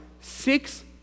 six